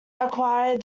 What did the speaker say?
acquired